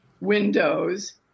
windows